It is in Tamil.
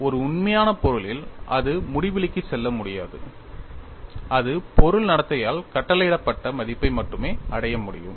ஒரு உண்மையான பொருளில் அது முடிவிலிக்குச் செல்ல முடியாது அது பொருள் நடத்தையால் கட்டளையிடப்பட்ட மதிப்பை மட்டுமே அடைய முடியும்